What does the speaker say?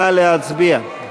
נא להצביע.